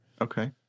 Okay